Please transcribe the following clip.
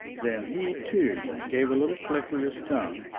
then he, too, gave a little click with his tongue,